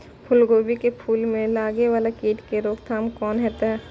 फुल गोभी के फुल में लागे वाला कीट के रोकथाम कौना हैत?